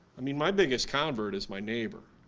i mean, my biggest convert is my neighbor.